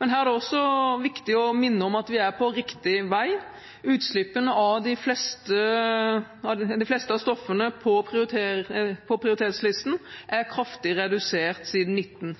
Her er det også viktig å minne om at vi er på riktig vei. Utslippene av de fleste stoffene på prioritetslisten er kraftig redusert siden